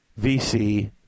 VC